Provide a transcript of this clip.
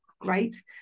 great